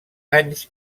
anys